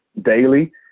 daily